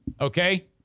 Okay